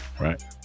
Right